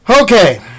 Okay